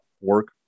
work